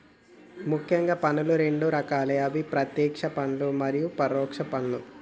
ముఖ్యంగా పన్నులు రెండు రకాలే అవి ప్రత్యేక్ష పన్నులు మరియు పరోక్ష పన్నులు